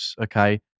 okay